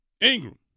Ingram